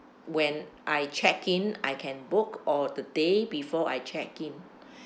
when I check in I can book or the day before I check in